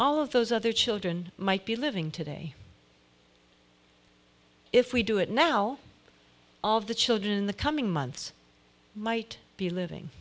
all of those other children might be living today if we do it now all of the children in the coming months might be living